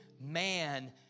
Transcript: man